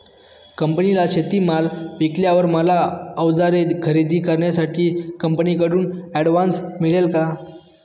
कंपनीला शेतीमाल विकल्यावर मला औजारे खरेदी करण्यासाठी कंपनीकडून ऍडव्हान्स मिळेल का?